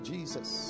Jesus